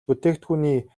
бүтээгдэхүүний